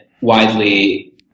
widely